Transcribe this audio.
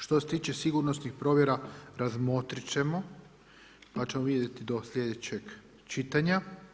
Što se tiče sigurnosnih provjera, razmotrit ćemo pa ćemo vidjeti do sljedećeg čitanja.